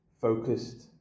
focused